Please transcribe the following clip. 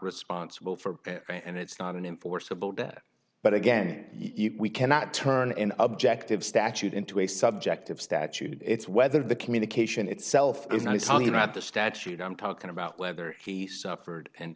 responsible for and it's not an enforceable debt but again we cannot turn an objective statute into a subjective statute it's whether the communication itself is not something about the statute i'm talking about whether he suffered an